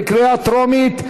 בקריאה טרומית.